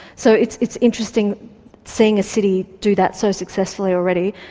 so it's it's interesting seeing a city do that so successfully already.